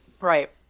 Right